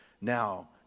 now